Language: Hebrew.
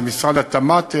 זה משרד התמ"ת,